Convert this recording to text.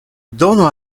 donu